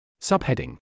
Subheading